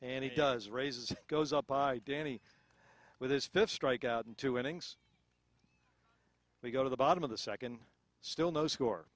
and he does raises goes up by danny with his fifth strike out in two innings we go to the bottom of the second still no score